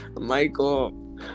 Michael